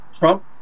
Trump